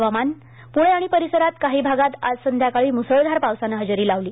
हवामान प्णे आणि परिसरांत काही भागांत आज संध्याकाळी मुसळधार पावसानं हजेरी लावली